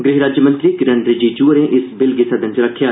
गृह राज्यमंत्री किरन रिजिजू होरें इस बिल गी संदन च रक्खेआ